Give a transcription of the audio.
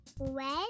Red